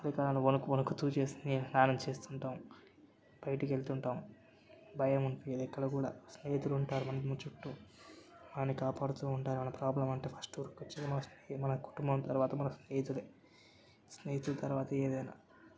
చలికాలంలో వణుకు వణుకుతూ చేస్తేనే స్నానం చేస్తుంటాం బయటకెళ్తుంటాం భయముండదు ఎక్కడ కూడా స్నేహితులుంటారు మన చుట్టూ మనల్ని కాపాడుతూ ఉంటారు ఏమన్నా ప్రోబ్లం ఉంటే ఫస్ట్ గుర్తొచ్చేది మన కుటుంబం తర్వాత మన స్నేహితులే స్నేహితుల తర్వాతే ఏదైనా